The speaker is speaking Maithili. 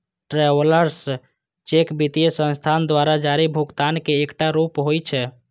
ट्रैवलर्स चेक वित्तीय संस्थान द्वारा जारी भुगतानक एकटा रूप होइ छै